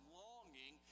longing